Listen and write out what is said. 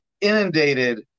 inundated